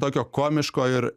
tokio komiško ir